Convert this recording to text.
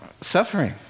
suffering